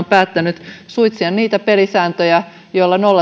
päättänyt suitsia niitä pelisääntöjä joilla